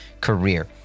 career